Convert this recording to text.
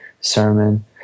sermon